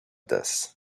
this